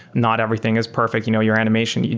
not everything is perfect you know your animation.